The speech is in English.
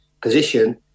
position